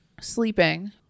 sleeping